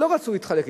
שלא רצו להתחלק אתה,